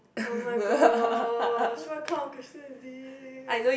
oh-my-god so much kind of questions this